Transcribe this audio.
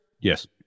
Yes